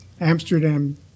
Amsterdam